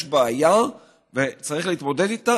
יש בעיה, וצריך להתמודד איתה